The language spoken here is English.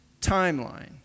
timeline